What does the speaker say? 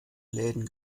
läden